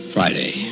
Friday